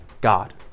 God